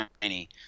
tiny